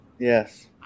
yes